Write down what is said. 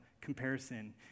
comparison